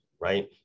right